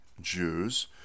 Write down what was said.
Jews